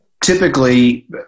typically